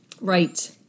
Right